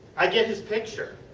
i get his picture.